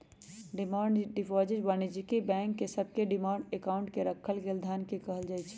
demand deposit वाणिज्यिक bank सभके demand account में राखल गेल धन के कहल जाइ छै